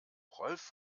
rolf